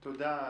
תודה,